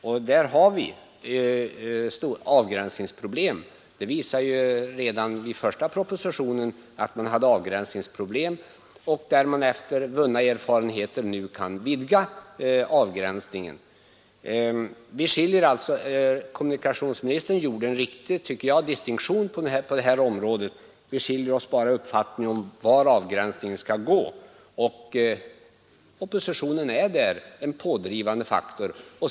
Och där har vi avgränsningsproblem, det visades redan i den första propositionen. Men efter vunna erfarenheter kan man nu vidga gränserna. Jag tyckte att kommunikationsministern gjorde en riktig distinktion i det fallet. Våra uppfattningar skiljer sig nu bara i var avgränsningarna skall gå, och oppositionen är där en pådrivande faktor.